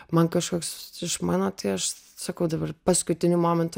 man kažkoks iš mano tai aš sakau dabar paskutiniu momentu